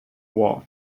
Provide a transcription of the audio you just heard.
war